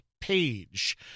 Page